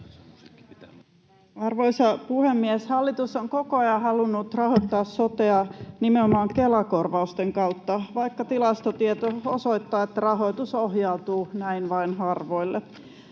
Arvoisa puhemies! Hallitus on koko ajan halunnut rahoittaa sotea nimenomaan Kela-korvausten kautta, vaikka tilastotieto osoittaa, että rahoitus ohjautuu näin vain harvoille.